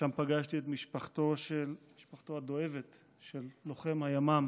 שם פגשתי את משפחתו הדואבת של לוחם הימ"מ